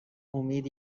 امید